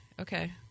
okay